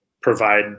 provide